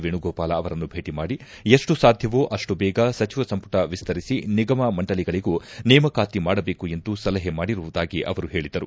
ವೇಣುಗೋಪಾಲ ಅವರನ್ನು ಭೇಟಿ ಮಾಡಿ ಎಷ್ಟು ಸಾಧ್ಯವೊ ಅಷ್ಟು ಬೇಗ ಸಚಿವ ಸಂಮಟ ವಿಸ್ತರಿಸಿ ನಿಗಮ ಮಂಡಳಿಗಳಿಗೂ ನೇಮಕಾತಿ ಮಾಡಬೇಕು ಎಂದು ಸಲಹೆ ಮಾಡಿರುವುದಾಗಿ ಅವರು ಹೇಳಿದರು